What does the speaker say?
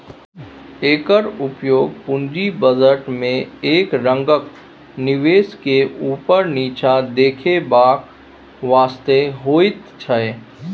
एकर उपयोग पूंजी बजट में एक रंगक निवेश के ऊपर नीचा देखेबाक वास्ते होइत छै